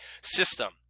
system